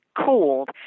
cooled